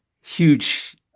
huge